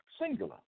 singular